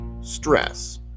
Stress